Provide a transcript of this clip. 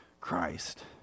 Christ